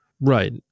Right